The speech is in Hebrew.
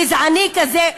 גזעני כזה,